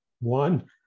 One